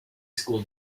school